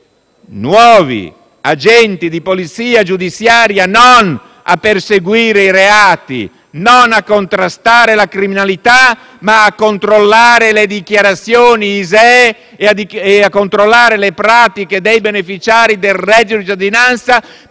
nuovi agenti di polizia giudiziaria non a perseguire reati, non a contrastare la criminalità, ma a controllare le dichiarazioni ISEE e le pratiche dei beneficiari del reddito di cittadinanza